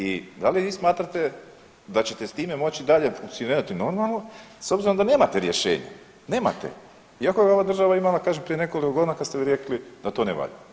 I da li vi smatrate da ćete s time moći dalje funkcionirati normalno s obzirom da nemate rješenje, nemate iako ga je ova država imala kažem prije nekoliko godina kad ste vi rekli da to ne valja?